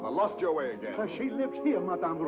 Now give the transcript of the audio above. ah lost your way again? but she lives here, madame